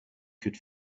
could